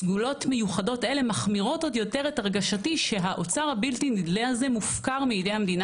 סגולות אלה מחמירות את הרגשתי שאוצר בלתי-נדלה זה מופקר מידי המדינה